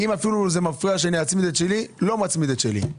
אם מפריע שאצמיד את שלי, לא מצמיד את שלי.